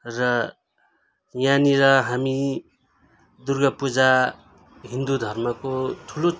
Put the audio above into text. र यहाँनिर हामी दुर्गापूजा हिन्दू धर्मको ठुलो